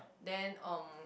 then um